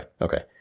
Okay